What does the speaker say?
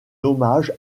hommage